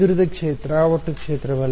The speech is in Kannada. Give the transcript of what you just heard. ಚದುರಿದ ಕ್ಷೇತ್ರ ಒಟ್ಟು ಕ್ಷೇತ್ರವಲ್ಲ